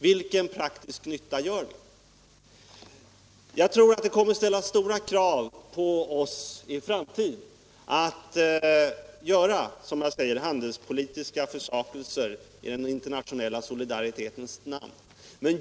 Jag tror att det i framtiden kommer = debatt att ställas stora krav på oss att göra handelspolitiska försakelser i den internationella solidaritetens namn.